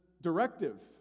directive